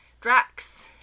Drax